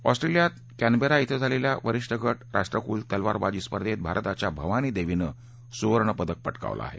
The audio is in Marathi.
ऑस्ट्रेलियात क्विश्वरा इथं झालेल्या वरिष्ठगट राष्ट्रकुल तलवारबाजी स्पर्धेत भारताच्या भवानी देवीनं सुवर्णपदक पटकावलं आहे